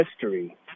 history